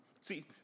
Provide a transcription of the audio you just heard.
See